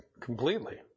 completely